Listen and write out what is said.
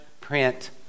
print